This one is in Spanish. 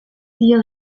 tío